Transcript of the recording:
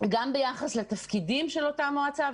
גם ביחס לתפקידים של אותה מועצה,